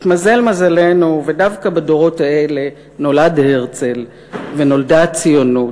התמזל מזלנו ודווקא בדורות האלה נולד הרצל ונולדה הציונות,